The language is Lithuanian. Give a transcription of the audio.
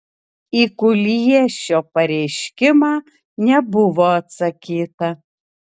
į kuliešio pareiškimą nebuvo atsakyta